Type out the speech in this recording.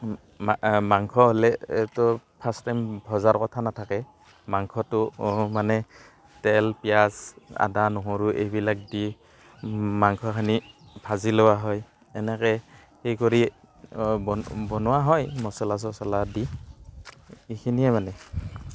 মাংস হ'লে এইটো ফাৰ্ষ্ট টাইম ভজাৰ কথা নাথাকে মাংসটো মানে তেল পিঁয়াজ আদা নহৰু এইবিলাক দি মাংসখিনি ভাজি লোৱা হয় এনেকৈ সেই কৰি ব বনোৱা হয় মছলা চছলা দি এইখিনিয়ে মানে